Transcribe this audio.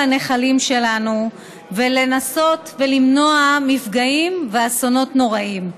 הנחלים שלנו ולנסות למנוע מפגעים ואסונות נוראיים.